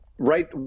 Right